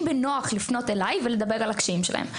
בנוח לפנות אליי ולדבר על הקשיים שלהם,